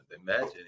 Imagine